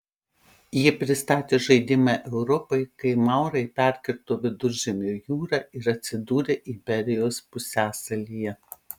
jie pristatė žaidimą europai kai maurai perkirto viduržemio jūrą ir atsidūrė iberijos pusiasalyje